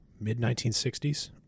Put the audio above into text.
mid-1960s